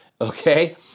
okay